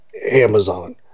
Amazon